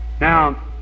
Now